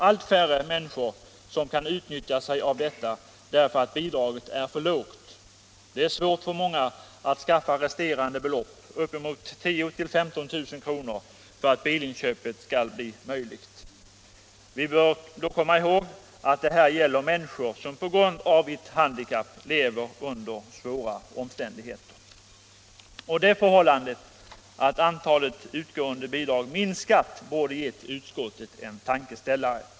Allt färre människor kan utnyttja sig av bilbidraget, eftersom det är för lågt. Det är svårt för många att skaffa resterande belopp —- upp emot 10 000-15 000 kr. — så att ett bilinköp blir möjligt. Vi bör komma ihåg att det här gäller människor, som på grund av ett handikapp lever under små omständigheter. Det förhållandet att antalet utgående bidrag minskat borde ge utskottet en tankeställare.